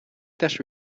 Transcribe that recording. теж